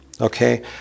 okay